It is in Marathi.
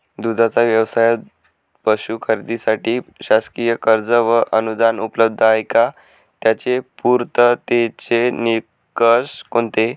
दूधाचा व्यवसायास पशू खरेदीसाठी शासकीय कर्ज व अनुदान उपलब्ध आहे का? त्याचे पूर्ततेचे निकष कोणते?